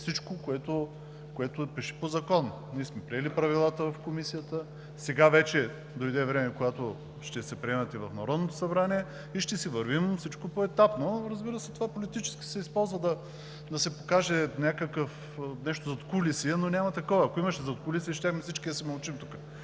всичко, което пише по закон, ние сме приели Правилата в Комисията. Сега вече дойде време, когато ще се приемат и в Народното събрание и всичко ще върви поетапно. Разбира се, политически това се използва да се покаже някакво задкулисие, но няма такова. Ако имаше задкулисие, щяхме всички да си мълчим тук.